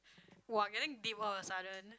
!woah! getting deep all of sudden